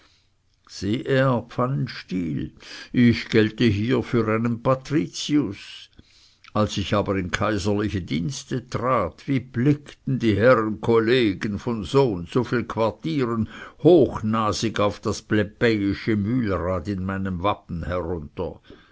er pfannenstiel ich gelte hier für einen patricius als ich aber in kaiserliche dienste trat wie blickten die herren kollegen von soundso viel quartieren hochnasig auf das plebejische mühlrad in meinem wappen herunter